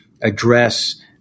address